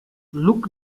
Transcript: look